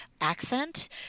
accent